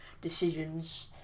decisions